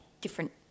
different